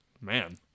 man